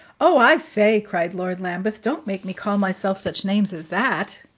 oh, i say! cried lord lambeth, don't make me call myself such names as that.